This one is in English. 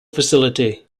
facility